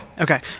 Okay